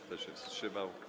Kto się wstrzymał?